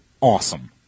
awesome